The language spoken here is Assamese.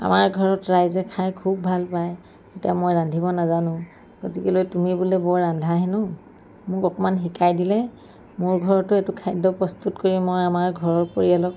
আমাৰ ঘৰত ৰাইজে খাই খুব ভাল পায় এতিয়া মই ৰান্ধিব নাজানো গতিকে তুমি বৰ ৰান্ধা হেনো মোক অকমান শিকাই দিলে মোৰ ঘৰতো এইটো খাদ্য প্ৰস্তুত কৰি মই আমাৰ ঘৰৰ পৰিয়ালক